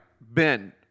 Ben